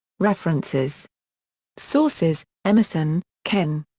references sources emerson, ken.